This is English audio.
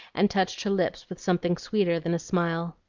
and touched her lips with something sweeter than a smile.